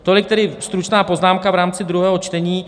Tolik tedy stručná poznámka v rámci druhého čtení.